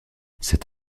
cet